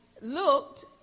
looked